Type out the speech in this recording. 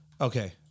Okay